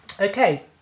okay